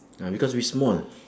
ah because we small